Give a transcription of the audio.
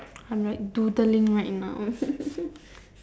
I'm like doodling right now